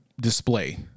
display